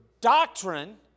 doctrine